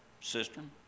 cistern